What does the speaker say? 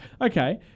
okay